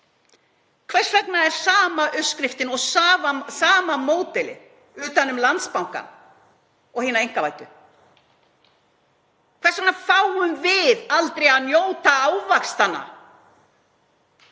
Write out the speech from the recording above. Hvers vegna er sama uppskriftin og sama módelið utan um Landsbankann og hina einkavæddu? Hvers vegna fáum við aldrei að njóta ávaxtanna